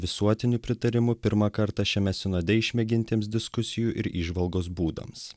visuotiniu pritarimu pirmą kartą šiame sinode išmėgintiems diskusijų ir įžvalgos būdams